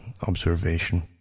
observation